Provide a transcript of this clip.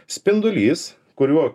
spindulys kuriuo